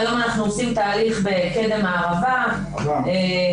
היום אנחנו עושים תהליך באדם הערבה ובקריית